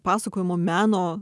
pasakojimo meno